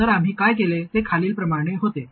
तर आम्ही काय केले ते खालीलप्रमाणे होते